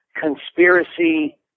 conspiracy